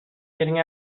getting